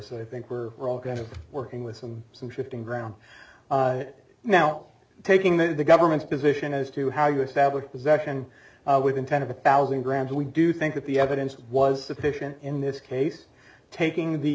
so i think we're all kind of working with some some shifting ground now taking the government's position as to how you establish possession with intent of a thousand grams we do think that the evidence was sufficient in this case taking the